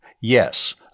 Yes